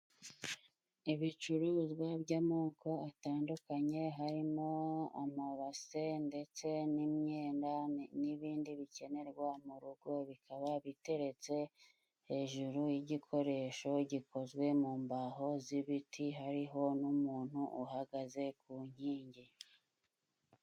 Ibicuruzwa by'amoko atandukanye, harimo amabase ndetse n'imyenda n'ibindi bikenerwa mu rugo, bikaba biteretse hejuru y'igikoresho gikozwe mu mbaho z'ibiti, hari ho n'umuntu uhagaze ku nkingi.